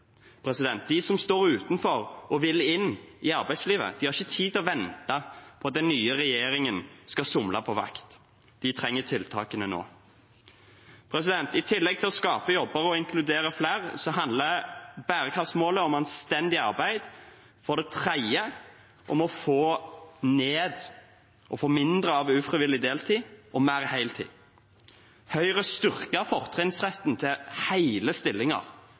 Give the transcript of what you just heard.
De som står utenfor og vil inn i arbeidslivet, har ikke tid til å vente på at den nye regjeringen skal somle på vakt. De trenger tiltakene nå. I tillegg til å skape jobber og inkludere flere handler bærekraftsmålet om anstendig arbeid, for det tredje om å få mindre ufrivillig deltid og mer heltid. Høyre styrket fortrinnsretten til